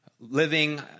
Living